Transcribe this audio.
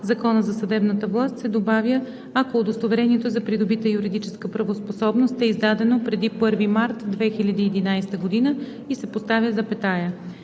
„правоспособност“ се добавя „ако удостоверението за придобита юридическа правоспособност е издадено преди 1 март 2011 г.“ и се поставя запетая.